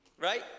right